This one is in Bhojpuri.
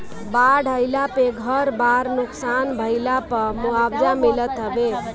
बाढ़ आईला पे घर बार नुकसान भइला पअ मुआवजा मिलत हवे